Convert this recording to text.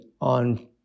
on